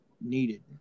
needed